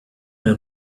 men